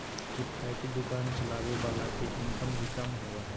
किफायती दुकान चलावे वाला के इनकम भी कम होबा हइ